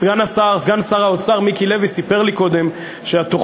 סגן שר האוצר מיקי לוי סיפר לי קודם שהתוכנית